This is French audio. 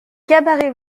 cabarets